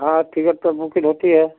हाँ टिकट तो मुश्किल होती है